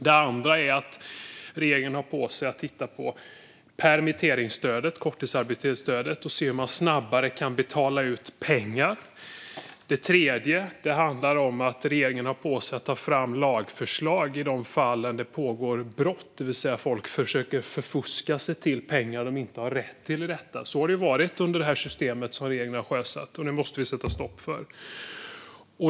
Det andra handlar om att regeringen ska titta på permitteringsstödet, korttidsarbetsstödet, och se hur man snabbare kan betala ut pengar. Det tredje handlar om att regeringen ska ta fram lagförslag som rör de fall där det pågår brott, det vill säga att folk försöker förfuska sig till pengar som de inte har rätt till. Så har det varit i det här systemet som regeringen har sjösatt, och det måste vi sätta stopp för.